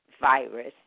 virus